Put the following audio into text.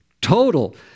Total